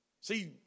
See